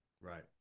right